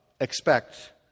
expect